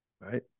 Right